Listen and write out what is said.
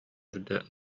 эрдэ